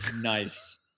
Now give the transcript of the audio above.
nice